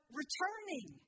returning